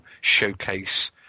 showcase